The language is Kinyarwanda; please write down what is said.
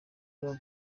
club